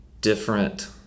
different